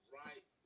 right